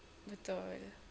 betul